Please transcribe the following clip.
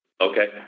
Okay